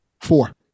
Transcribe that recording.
four